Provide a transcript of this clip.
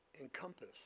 encompass